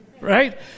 right